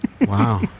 Wow